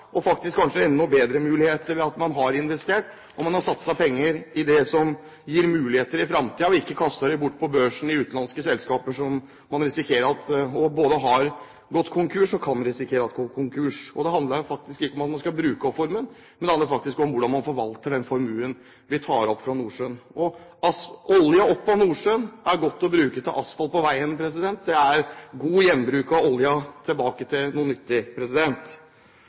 har, faktisk kanskje enda bedre muligheter, ved at man har investert og har satset penger i det som gir muligheter i fremtiden, og ikke kastet dem bort på børsen i utenlandske selskaper, som en kan risikere har gått konkurs og kan risikere at går konkurs. Det handler faktisk ikke om at man skal bruke opp formuen, men det handler om hvordan man skal forvalte den formuen vi tar opp fra Nordsjøen. Olje fra Nordsjøen er god å bruke til asfalt på veiene – det er god gjenbruk av olje, tilbake til noe nyttig.